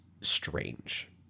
strange